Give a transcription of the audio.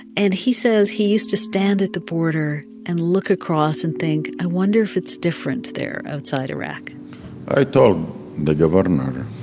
and he says he used to stand at the border and look across and think, i wonder if it's different there, outside iraq i told the governor,